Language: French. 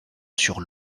sur